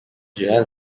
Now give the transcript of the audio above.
general